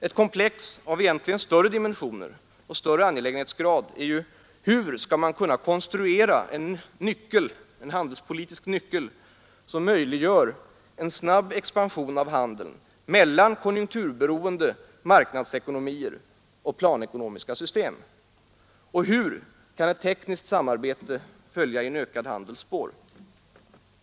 Ett komplex av egentligen större dimensioner och angelägenhetsgrad är ju hur man skall kunna konstruera en handelspolitisk nyckel, som möjliggör en snabb expansion av handeln mellan konjunkturberoende marknadsekonomier och planekonomiska system? Och hur kan ett tekniskt samarbete följa i en ökad handels spår?